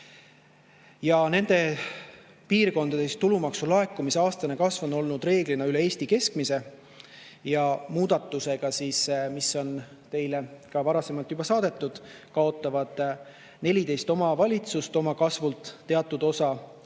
Nende piirkondade tulumaksu laekumise aastane kasv on olnud reeglina üle Eesti keskmise. Muudatusega, mis on teile juba varasemalt saadetud, kaotab 14 omavalitsust oma kasvust teatud osa,